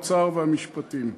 משרד האוצר ומשרד המשפטים.